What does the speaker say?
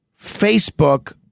Facebook